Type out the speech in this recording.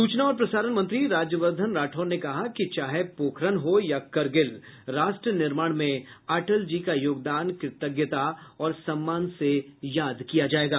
सूचना और प्रसारण मंत्री राजवर्द्वन राठौर ने कहा है कि चाहे पोखरन हो या करगिल राष्ट्र निर्माण में अटल जी का योगदान कृतज्ञता और सम्मान से याद किया जायेगा